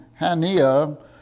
Hania